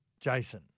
Jason